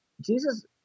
Jesus